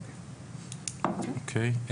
אוקיי.